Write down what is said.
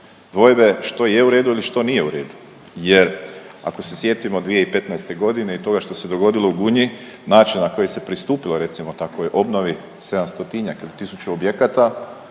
dvojbe što je u redu ili što nije u redu jer ako se sjetimo 2015.g. i toga što se dogodilo u Gunji, način na koji se pristupilo recimo takvoj obnovi 700-tinjak ili 1000 objekata.